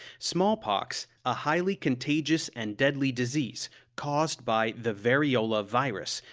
smallpox, a highly contagious and deadly disease caused by the variola virus,